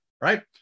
right